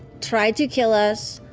tried to kill us.